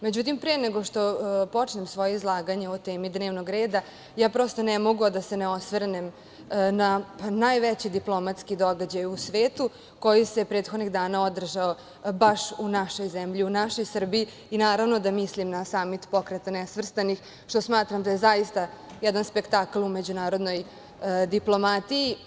Međutim, pre nego što počnem svoje izlaganje o temi dnevnog reda, ja prosto ne mogu a da se ne osvrnem na najveći diplomatski događaj u svetu, koji se prethodnih dana održao u našoj zemlji, u našoj Srbiji, a naravno da mislim na samit Pokreta nesvrstanih, što smatram da je zaista jedan spektakl u međunarodnoj diplomatiji.